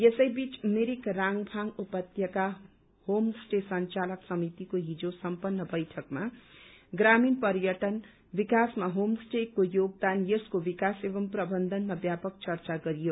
यसैबीच मिरिक रांगभांग उप्यका home stay संचालक समितिको हिज सम्पन्न बैठकमा ग्रामीण पर्यटन विकासमा होम स्टेको योगदान यसको विकास एवं प्रबन्धनमा व्यापक चर्चा गरियो